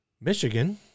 Michigan